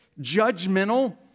judgmental